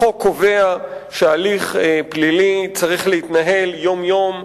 החוק קובע שהליך פלילי צריך להתנהל יום-יום,